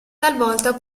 talvolta